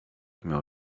miał